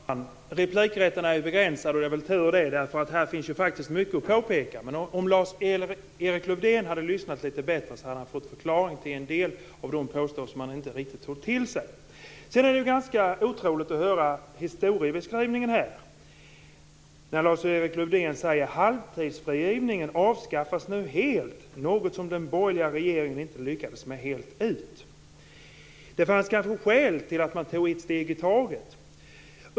Fru talman! Replikrätten är begränsad, och det är väl tur. Här finns mycket att påpeka. Men om Lars Erik Lövdén hade lyssnat litet bättre hade han fått förklaring till en del av de påståenden som han inte riktigt tog till sig. Det är ganska otroligt att höra historieskrivningen. Lars-Erik Lövdén säger att halvtidsfrigivningen nu avskaffas helt och att det var något som den borgerliga regeringen inte lyckades med fullt ut. Det fanns kanske skäl till att man tog ett steg i taget.